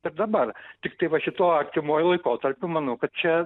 ir dabar tiktai va šituo artimuoju laikotarpiu manau kad čia